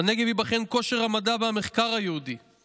בנגב ייבחן כושר המדע והמחקר היהודי";